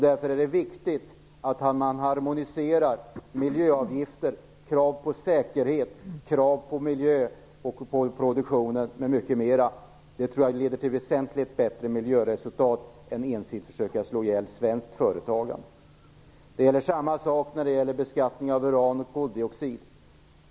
Därför är det viktigt att man harmoniserar miljöavgifter, krav på säkerhet, miljö och produktionen m.m. Det tror jag leder till väsentligt bättre miljöresultat än ensidiga försök att slå ihjäl svenskt företagande. Detsamma gäller beskattningen av uran och koldioxid.